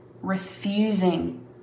refusing